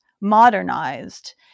modernized